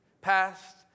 Past